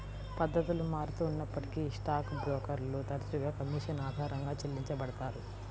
పద్ధతులు మారుతూ ఉన్నప్పటికీ స్టాక్ బ్రోకర్లు తరచుగా కమీషన్ ఆధారంగా చెల్లించబడతారు